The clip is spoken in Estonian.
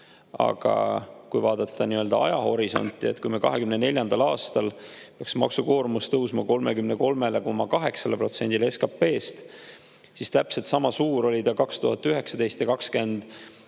Aga kui vaadata ajahorisonti, siis kui 2024. aastal peaks maksukoormus tõusma 33,8%-le SKP-st, siis täpselt sama suur oli ta 2019.